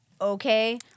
okay